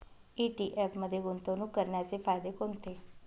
ETF मध्ये गुंतवणूक करण्याचे फायदे कोणते?